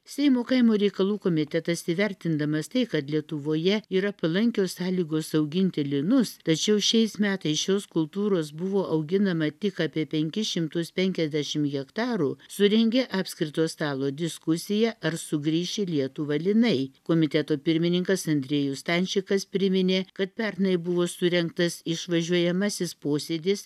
seimo kaimo reikalų komitetas įvertindamas tai kad lietuvoje yra palankios sąlygos auginti linus tačiau šiais metais šios kultūros buvo auginama tik apie penkis šimtus penkiasdešim hektarų surengė apskrito stalo diskusiją ar sugrįš į lietuvą linai komiteto pirmininkas andriejus stančikas priminė kad pernai buvo surengtas išvažiuojamasis posėdis